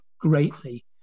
greatly